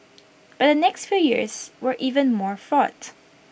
but the next few years were even more fraught